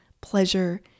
pleasure